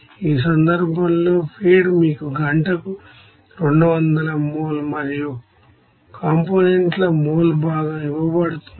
ఈ సందర్భంలో ఫీడ్ మీకు గంటకు 200 మోల్ మరియు కాంపోనెంట్ ల మోల్ భాగం ఇవ్వబడుతుంది